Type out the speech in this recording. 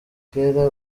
kera